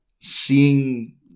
seeing